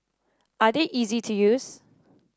are they easy to use